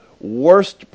worst